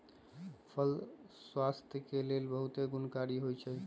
फल स्वास्थ्य के लेल बहुते गुणकारी होइ छइ